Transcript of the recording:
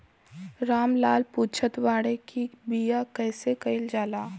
राम लाल पुछत बाड़े की बीमा कैसे कईल जाला?